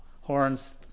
Horns